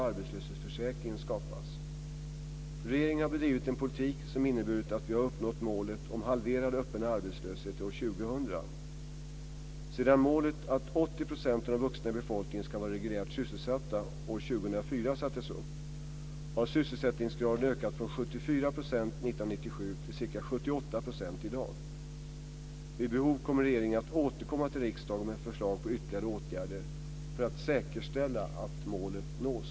Regeringen har bedrivit en politik som inneburit att vi har uppnått målet om halverad öppen arbetslöshet till år 2000. Sedan målet sattes upp att 80 % av den vuxna befolkningen ska vara reguljärt sysselsatt år 2004 har sysselsättningsgraden ökat från 74 % år 1997 till ca 78 % i dag. Vid behov återkommer regeringen till riksdagen med förslag på ytterligare åtgärder för att säkerställa att målet uppnås.